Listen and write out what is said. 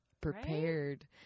prepared